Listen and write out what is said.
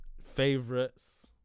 favorites